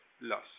loss